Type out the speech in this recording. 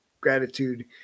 gratitude